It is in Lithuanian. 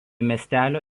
miestelio